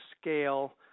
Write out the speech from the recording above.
scale